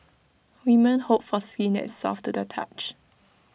women hope for skin that soft to the touch